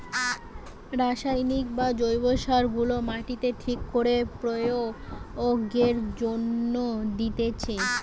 রাসায়নিক বা জৈব সার গুলা মাটিতে ঠিক করে প্রয়োগের জন্যে দিতেছে